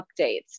updates